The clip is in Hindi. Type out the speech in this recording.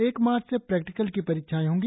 एक मार्च से प्रैक्टिकल की परीक्षाएं होंगी